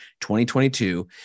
2022